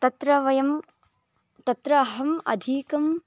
तत्र वयं तत्र अहम् अधिकम्